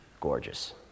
gorgeous